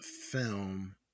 film